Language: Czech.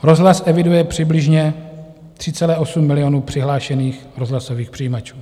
Rozhlas eviduje přibližně 3,8 milionu přihlášených rozhlasových přijímačů.